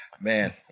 man